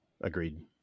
Agreed